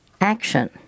action